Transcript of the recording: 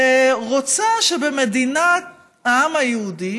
ורוצה שבמדינת העם היהודי